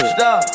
Stop